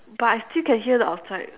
but I still can hear the outside